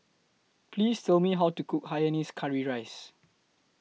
Please Tell Me How to Cook Hainanese Curry Rice